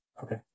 Okay